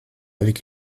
avec